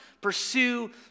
pursue